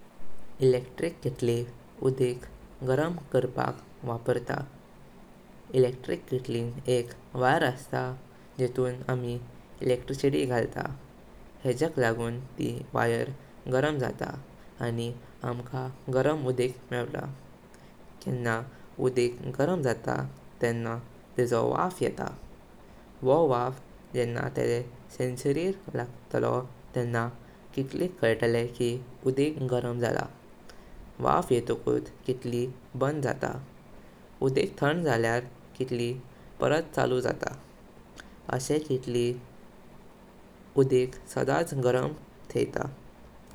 Electric कितली उडिक गरम करपाक वापरता। इलेक्ट्रिक कितलीन एक वायर अस्तां जेतून आम्ही इलेक्ट्रिसिटी गाळ्ता, हेजाक लागून ती वायर गरम जाता आनी आमका गरम उडिक मेवता। केन्ना उडिक गरम जाता, तेंव्हा तिजो वाफ येता। वो वाफ जेना तेजे सेंसरिर लागतलो तेंव्हा कितलीक कळता कि उडिक गरम जाला। वाफ येताकत कितली बांड जाता। उडिक थंड जाल्यार कितली परत चल्लू जाता। आशे कितलीं उडिक सादाच गरम थेतात।